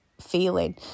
feeling